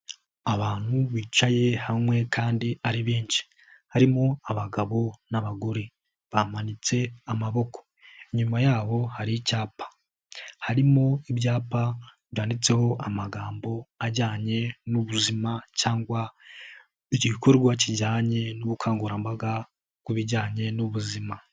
Abantu bicaye hamwe kandi ari benshi. Harimo abagabo n'abagore. Bamanitse amaboko. Inyuma yabo hari icyapa. Harimo ibyapa byanditseho amagambo ajyanye n'ubuzima cyangwa igikorwa kijyanye n'ubukangurambaga ku bijyanye n'ubuzima.